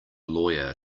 lawyer